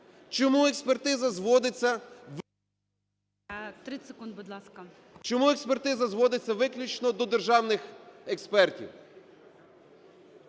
…чому експертиза зводиться виключно до державних експертів?